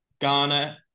Ghana